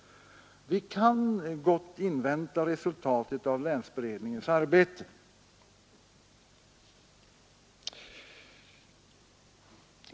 Vi kan gott invänta resultatet av länsberedningens arbete.